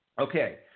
Okay